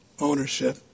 ownership